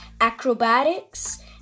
acrobatics